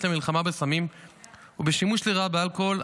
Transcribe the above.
למלחמה בסמים ובשימוש לרעה באלכוהול,